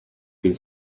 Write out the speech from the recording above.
been